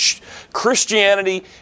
Christianity